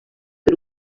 per